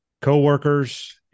coworkers